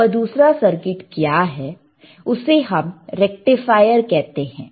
तो वह दूसरा सर्किट क्या है उसे हम रेक्टिफायर कहते हैं